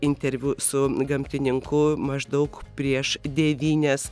interviu su gamtininku maždaug prieš devynias